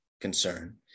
concern